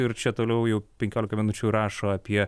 ir čia toliau jau penkiolika minučių rašo apie